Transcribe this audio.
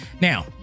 Now